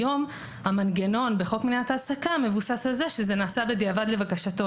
היום המנגנון בחוק מניעת העסקה מבוסס על זה שזה נעשה בדיעבד לבקשתו,